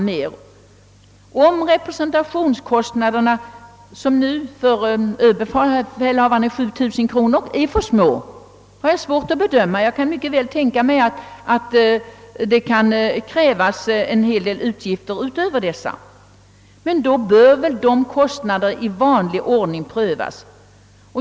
Huruvida representationsanslaget, som nu för överbefälhavaren är 7 000 kronor, är för litet, har jag svårt att bedöma. Jag kan mycket väl tänka mig att det krävs en hel del pengar därutöver, men då bör väl behovet i vanlig ordning prövas.